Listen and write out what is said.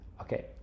okay